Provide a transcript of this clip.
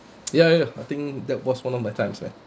ya you know I think that was one of my times when